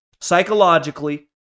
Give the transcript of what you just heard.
psychologically